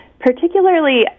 particularly